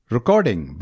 Recording